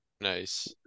nice